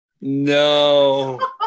No